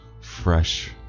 fresh